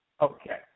Okay